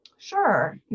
Sure